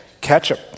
ketchup